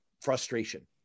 frustration